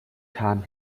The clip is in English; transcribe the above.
time